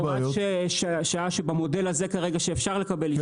הוראת שעה שבמודל הזה כרגע שאפשר לקבל אישור?